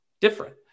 different